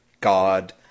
God